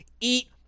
eat